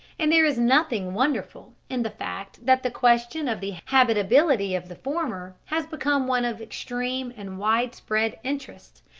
and there is nothing wonderful in the fact that the question of the habitability of the former has become one of extreme and wide-spread interest,